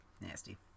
Nasty